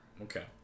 Okay